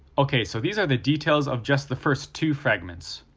okay, so these are the details of just the first two fragments.